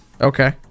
Okay